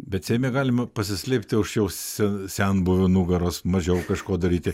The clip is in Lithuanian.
bet seime galima pasislėpti už jau se senbuvio nugaros mažiau kažko daryti